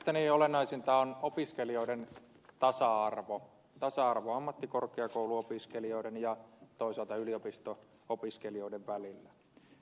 mielestäni olennaisinta on opiskelijoiden tasa arvo tasa arvo ammattikorkeakouluopiskelijoiden ja toisaalta yliopisto opiskelijoiden välillä